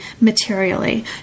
materially